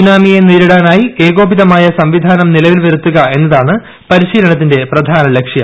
സുനാമിയെ നേരിടാനായി ഏകോപിതമായ സംവിധാനം നിലവിൽ വരുത്തുക എന്നതാണ് പരിശീലനത്തിന്റെ പ്രധാന ലക്ഷ്യം